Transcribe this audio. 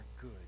good